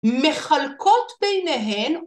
‫מחלקות ביניהן...